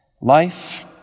Life